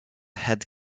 head